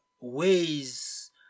ways